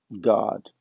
God